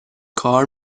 کار